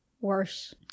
worse